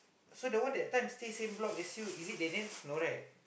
so the one that time stay same block as you is it Daniel no right